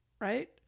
right